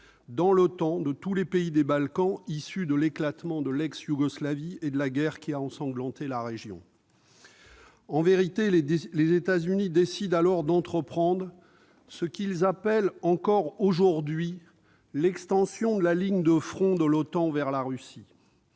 dans l'OTAN de tous les pays des Balkans issus de l'éclatement de la Yougoslavie et de la guerre qui a ensanglanté la région. En vérité, les États-Unis ont alors entrepris ce qu'ils appellent encore aujourd'hui « l'extension de la ligne de front de l'OTAN vers la Russie